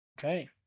Okay